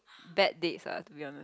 bad dates lah to be honest